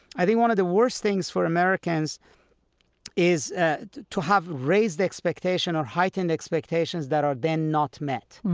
i think one of the worst things for americans is ah to have raised expectations or heightened expectations that are then not met.